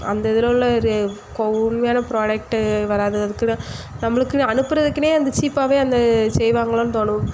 அந்த இதில் உள்ளது கு உண்மையான ப்ராடக்ட்டு வராது அதுக்குன்னு நம்பளுக்கு அனுப்புறதுக்குன்னே வந்து சீப்பாகவே அந்த செய்வாங்களோன்னு தோணும்